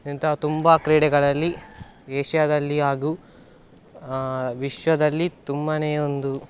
ಇಂಥ ತುಂಬ ಕ್ರೀಡೆಗಳಲ್ಲಿ ಏಷ್ಯಾದಲ್ಲಿ ಹಾಗೂ ವಿಶ್ವದಲ್ಲಿ ತುಂಬ ಒಂದು